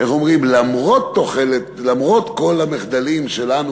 למרות כל המחדלים שלנו,